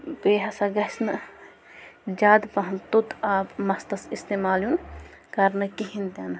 بیٚیہِ ہسا گژھِ نہٕ زیادٕ پَہَم توٚت آب مَستَس اِستعمال یُن کَرنہٕ کِہیٖنۍ تہِ نہٕ